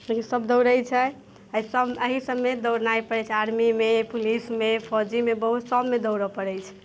से सभ दौड़ैत छै एहि सभ एही सभमे दौड़नाइ पड़ैत छै आर्मीमे पुलिसमे फौजमे बहुत सभमे दौड़य पड़ैत छै